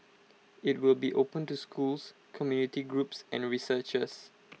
IT will be open to schools community groups and researchers